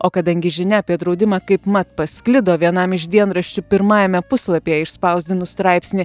o kadangi žinia apie draudimą kaipmat pasklido vienam iš dienraščių pirmajame puslapyje išspausdinus straipsnį